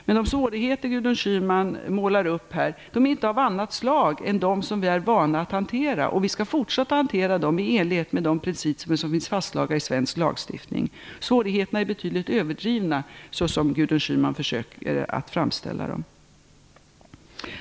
Men de svårigheter som Gudrun Schyman målar upp här är inte av annat slag än de som vi är vana vid att hantera, och svårigheterna skall vi fortsätta att hantera i enlighet med de principer som är fastslagna i svensk lagstiftning. Svårigheterna, såsom Gudrun Schyman försöker att framställa dem, är betydligt överdrivna.